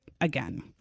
again